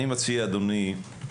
אדוני,